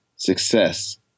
Success